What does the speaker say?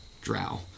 Drow